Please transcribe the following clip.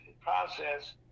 process